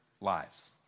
lives